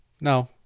No